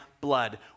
blood